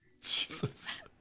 Jesus